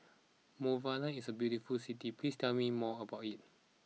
Monrovia is a beautiful city please tell me more about it